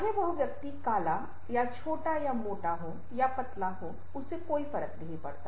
चाहे वह व्यक्ति काला या छोटा या मोटा या पतला हो कोई फर्क नहीं पड़ता